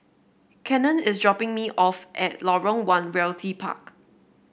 Cannon is dropping me off at Lorong One Realty Park